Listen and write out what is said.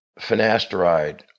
finasteride